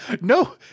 no